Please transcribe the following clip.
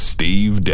Steve